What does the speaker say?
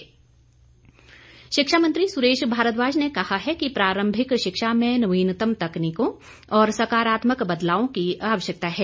सुरेश भारद्वाज शिक्षा मंत्री सुरेश भारद्वाज ने कहा है कि प्रारंभिक शिक्षा में नवीनतम तकनीकों और सकारात्मक बदलावों की आवश्यकता है